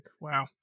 Wow